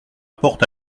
porte